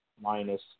minus